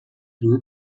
through